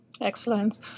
Excellent